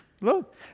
Look